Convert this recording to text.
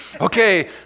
Okay